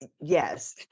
Yes